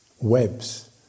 webs